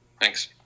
Thanks